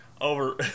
over